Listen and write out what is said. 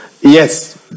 yes